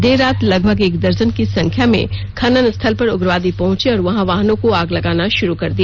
देर रात लगभग एक दर्जन की संख्या में खनन स्थल पर उग्रवादी पहुंचे और वहां वाहनों को आग लगाना शुरू कर दिया